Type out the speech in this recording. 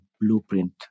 Blueprint